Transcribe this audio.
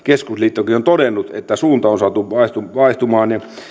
keskusliittokin on on todennut että suunta on saatu vaihtumaan ja